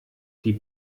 die